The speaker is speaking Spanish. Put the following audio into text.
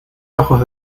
ojos